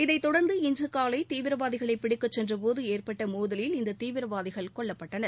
இதைத் தொடர்ந்து இன்று காலை தீவிரவாதிகளை பிடிக்கச் சென்றபோது ஏற்பட்ட மோதவில் இந்த தீவிரவாதிகள் கொல்லப்பட்டனர்